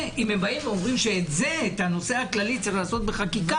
אם הם אומרים שאת הנושא הכללי צריך לעשות בחקיקה,